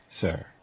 Sir